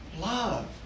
love